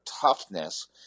toughness